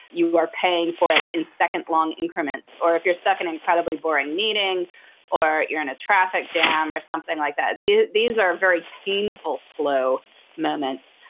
you are paying for it in second long increments or if you're stuck in an incredibly boring meeting or you're in a traffic jam or something like that. these these are very painful, slow moments.